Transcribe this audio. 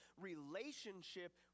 relationship